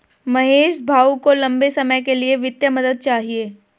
महेश भाऊ को लंबे समय के लिए वित्तीय मदद चाहिए